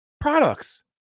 products